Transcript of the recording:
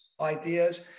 ideas